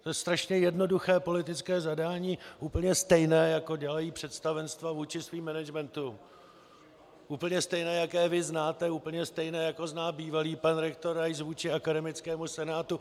To je strašně jednoduché politické zadání, úplně stejné, jako dělají představenstva vůči svým managementům, úplně stejné, jaké vy znáte, úplně stejné, jako zná bývalý pan rektor Rais vůči akademickému senátu.